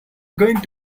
going